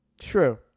True